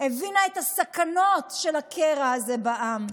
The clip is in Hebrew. הבינה את הסכנות של הקרע הזה בעם,